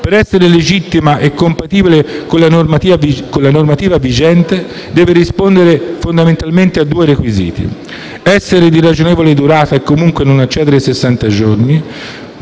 per essere legittima e compatibile con la normativa vigente, deve rispondere fondamentalmente a due requisiti: essere di ragionevole durata e comunque non eccedere i sessanta